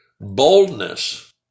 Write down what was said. boldness